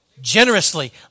Generously